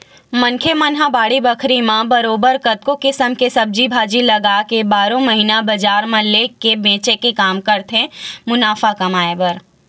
मनखे मन ह बाड़ी बखरी म बरोबर कतको किसम के सब्जी भाजी लगाके बारहो महिना बजार म लेग के बेंचे के काम करथे मुनाफा कमाए बर